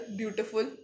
beautiful